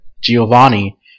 Giovanni